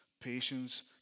patience